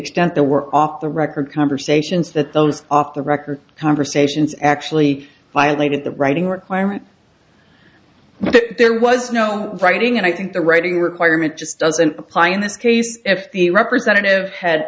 extent the work off the record conversations that those off the record conversations actually violated the writing requirement that there was no writing and i think the writing requirement just doesn't apply in this case if the representative had